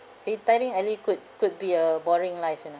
retiring early could could be a boring life you know